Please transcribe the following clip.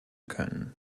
können